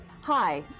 Hi